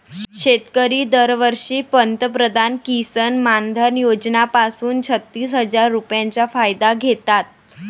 शेतकरी दरवर्षी पंतप्रधान किसन मानधन योजना पासून छत्तीस हजार रुपयांचा फायदा घेतात